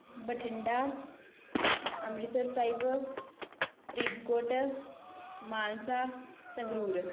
Bathinda Amritsar Sahib Faridkot Mansa Sangrur